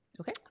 Okay